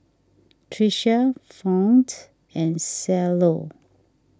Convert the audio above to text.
Tricia Fount and Cielo